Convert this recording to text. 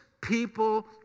people